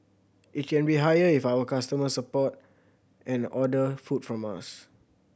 it can be higher if our customers support and order food from us